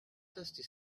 dusty